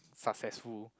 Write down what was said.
successful